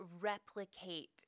replicate